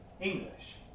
English